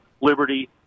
Liberty